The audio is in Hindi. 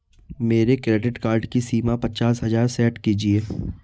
मेरे क्रेडिट कार्ड की सीमा पचास हजार सेट कीजिए